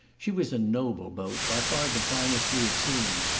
she was a noble boat, by far the finest we had seen.